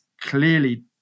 clearly